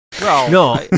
No